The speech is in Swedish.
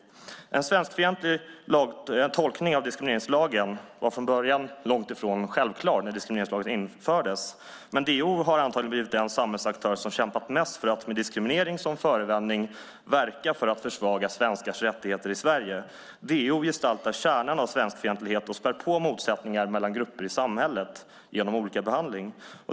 En svenskfientlig tolkning av diskrimineringslagen var från början långt ifrån självklar när diskrimineringslagen infördes. Men DO har antagligen blivit den samhällsaktör som kämpat mest för att med diskriminering som förevändning verka för att försvaga svenskars rättigheter i Sverige. DO gestaltar kärnan av svenskfientlighet och spär på motsättningar mellan grupper i samhället genom olikabehandling.